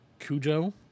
Cujo